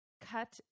cut